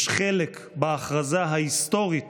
יש חלק בהכרזה ההיסטורית